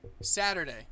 Saturday